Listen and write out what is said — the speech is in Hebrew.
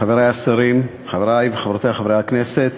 חברי השרים, חברותי וחברי חברי הכנסת,